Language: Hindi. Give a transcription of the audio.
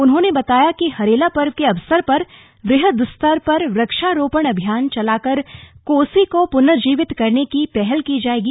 उन्होंने बताया कि हरेला पर्व के अवसर पर वहद स्तर पर वृक्षारोपण अभियान चलाकर कोसी को पुनर्जीवित करने की पहल की जाएगी